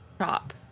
shop